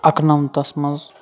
اَکنَمتھس منٛز